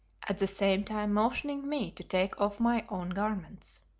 at the same time motioning me to take off my own garments.